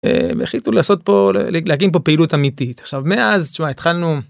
הם החליטו לעשות פה, להקים פה פעילות אמיתית. עכשיו מאז, תשמע, התחלנו.